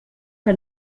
que